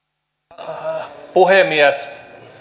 arvoisa puhemies